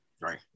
Right